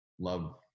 love